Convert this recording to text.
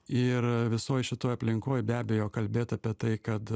ir visoj šitoj aplinkoj be abejo kalbėt apie tai kad